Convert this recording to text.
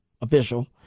official